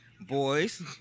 boys